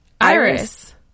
Iris